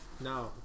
No